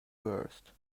worst